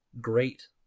great